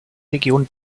region